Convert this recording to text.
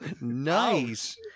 nice